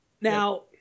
Now